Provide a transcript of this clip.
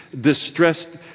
distressed